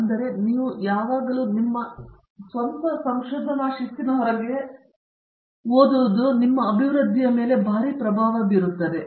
ಆದರೆ ನಿಮ್ಮ ಸ್ವಂತ ಶಿಸ್ತಿನ ಹೊರಗೆ ನೀವು ಓದುವುದು ಅಭಿವೃದ್ಧಿಗೆ ಭಾರೀ ಪ್ರಭಾವ ಬೀರುತ್ತದೆ